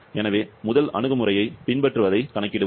எனவே முதல் அணுகுமுறையைப் பின்பற்றுவதைக் கணக்கிடுவோம்